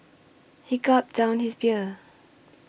he gulped down his beer